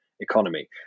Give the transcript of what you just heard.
economy